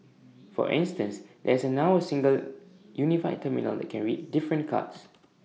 for instance there's now A single unified terminal that can read different cards